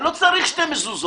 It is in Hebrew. אני לא צריך שתי מזוזות,